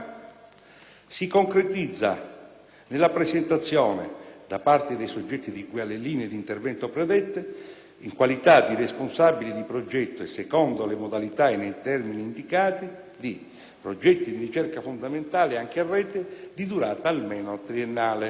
si concretizza nella presentazione, da parte dei soggetti di cui alle linee d'intervento predette, in qualità di responsabili di progetto e secondo le modalità e nei termini indicati, di progetti di ricerca fondamentale, anche a rete, di durata almeno triennale.